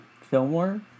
Fillmore